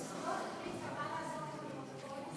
שמכיוון שוועדת החקירה לא החליטה מה לעשות עם הפרוטוקולים,